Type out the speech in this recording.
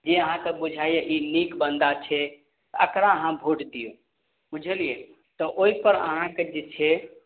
जे अहाँके बुझाइये ई नीक बन्दा छै एकरा अहाँ वोट दियौ बुझलियै तऽ ओइपर अहाँके जे छै